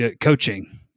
coaching